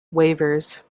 waivers